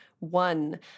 one